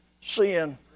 sin